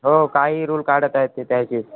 हो काहीही रूल काढत आहेत ते त्याचे